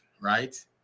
right